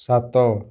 ସାତ